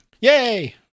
Yay